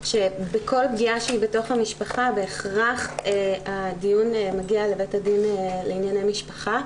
שבכל פגיעה שהיא בתוך המשפחה בהכרח הדיון מגיע לבית הדין לענייני משפחה.